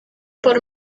por